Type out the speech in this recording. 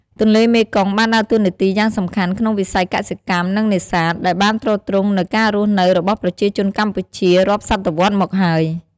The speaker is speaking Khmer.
ទន្លេមេគង្គបានដើរតួនាទីយ៉ាងសំខាន់ក្នុងវិស័យកសិកម្ម និង នេសាទ ដែលបានទ្រទ្រង់នូវការរស់នៅរបស់ប្រជាជនកម្ពុជា រាប់សតវត្សរ៍មកហើយ។